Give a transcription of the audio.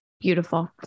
Beautiful